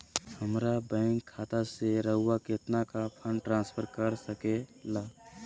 हमरा बैंक खाता से रहुआ कितना का फंड ट्रांसफर कर सके ला?